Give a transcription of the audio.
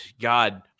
God